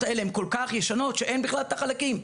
האלה הם כל כך ישנים שאין בכלל את החלקים.